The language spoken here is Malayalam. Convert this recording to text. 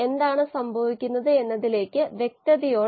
നമ്മൾ ഇത് ആന്തരികമാക്കേണ്ടതുണ്ട്